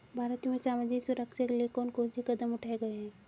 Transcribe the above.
भारत में सामाजिक सुरक्षा के लिए कौन कौन से कदम उठाये हैं?